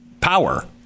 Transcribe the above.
power